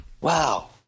wow